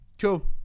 cool